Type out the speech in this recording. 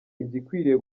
igikwiriye